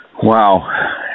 Wow